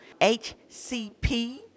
HCP